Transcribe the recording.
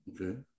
Okay